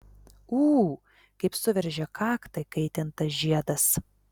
ū kaip suveržė kaktą įkaitintas žiedas